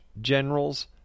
generals